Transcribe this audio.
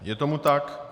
Je tomu tak?